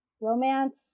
romance